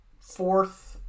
fourth